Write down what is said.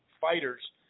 fighters